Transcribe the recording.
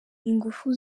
ingufu